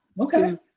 Okay